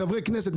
חברי כנסת,